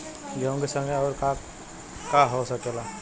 गेहूँ के संगे अउर का का हो सकेला?